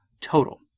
Total